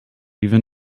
even